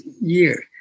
year